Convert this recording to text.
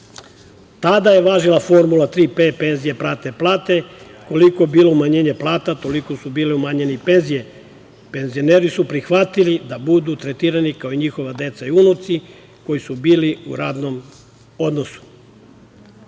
Tada je važila formula „Tri P“ (penzije prate plate), koliko je bilo umanjenje plata, toliko su bile umanjene i penzije. Penzioneri su prihvatili da budu tretirani kao i njihova deca i unuci koji su bili u radnom